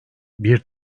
bir